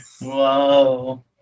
Whoa